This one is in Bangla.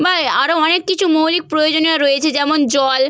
বা আরও অনেক কিছু মৌলিক প্রয়োজনীয় রয়েছে যেমন জল